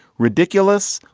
ridiculous.